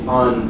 on